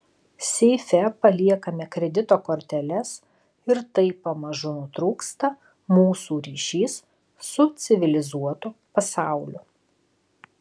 seife paliekame kredito korteles ir taip pamažu nutrūksta mūsų ryšys su civilizuotu pasauliu